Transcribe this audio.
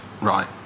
Right